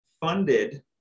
funded